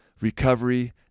recovery